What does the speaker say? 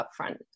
upfront